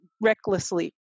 recklessly